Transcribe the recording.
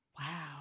Wow